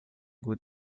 gut